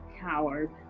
coward